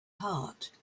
heart